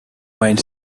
mind